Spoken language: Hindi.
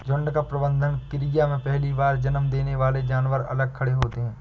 झुंड का प्रबंधन क्रिया में पहली बार जन्म देने वाले जानवर अलग खड़े होते हैं